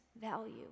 value